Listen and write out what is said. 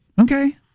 Okay